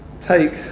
take